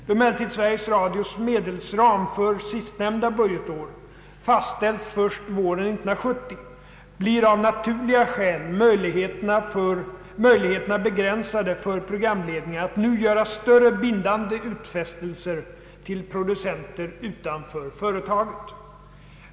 Då emellertid Sveriges Radios medelsram för sistnämnda budgetår fastställs först våren 1970, blir av naturliga skäl möjligheterna begränsade för programledningarna att nu göra större bindande utfästelser till producenter utanför företaget.